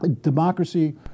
Democracy